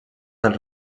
del